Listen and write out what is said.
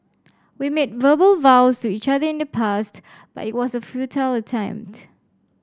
we made verbal vows to each other in the past but it was a futile attempt